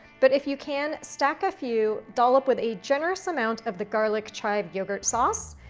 but if you can, stack a few, dollop with a generous amount of the garlic chives yogurt sauce,